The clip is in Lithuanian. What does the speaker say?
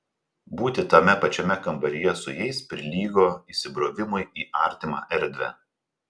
būti tame pačiame kambaryje su jais prilygo įsibrovimui į artimą erdvę